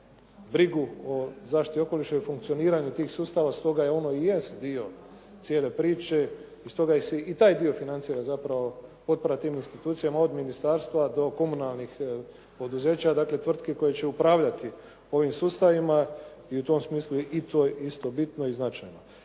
brigu o zaštiti okoliša i o funkcioniranju tih sustava, stoga ono i jest dio cijele priče i stoga se i taj dio financira zapravo operativnim institucijama od ministarstva do komunalnih poduzeća, dakle tvrtki koje će upravljati ovim sustavima i u tom smislu i to je isto bitno i značajno.